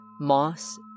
moss